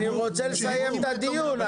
אני רוצה לסיים את הדיון,